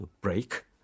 break